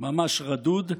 ממש רדוד,